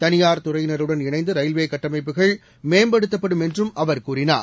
தனியார் துறையினருடன் இணைந்து ரயில்வே கட்டமைப்புகள் மேம்படுத்தப்படும் என்றும் அவர் கூறினார்